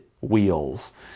wheels